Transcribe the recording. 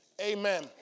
amen